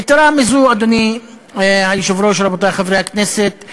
יתרה מזאת, אדוני היושב-ראש, רבותי חברי הכנסת,